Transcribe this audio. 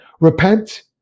repent